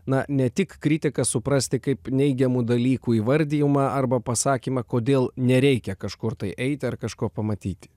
na ne tik kritiką suprasti kaip neigiamų dalykų įvardijimą arba pasakymą kodėl nereikia kažkur tai eiti ar kažko pamatyti